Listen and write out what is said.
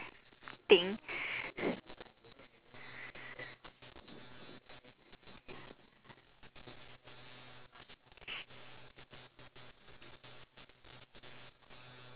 ~ting